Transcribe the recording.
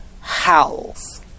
howls